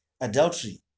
adultery